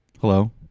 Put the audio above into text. Hello